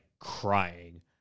crying